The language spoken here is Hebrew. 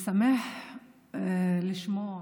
משמח לשמוע,